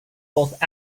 both